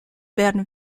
werden